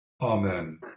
Amen